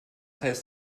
heißt